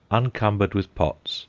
uncumbered with pots,